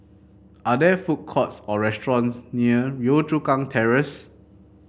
are there food courts or restaurants near Yio Chu Kang Terrace